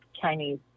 Chinese